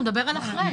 הוא מדבר על אחרי.